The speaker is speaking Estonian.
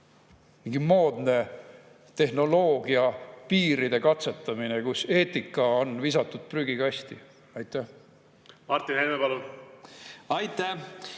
mingi moodne tehnoloogia piiride katsetamine, kus eetika on visatud prügikasti. Martin Helme, palun! Martin